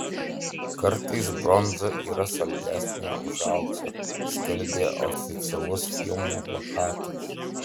kartais bronza yra saldesnė už auksą skelbė oficialus filmo plakatas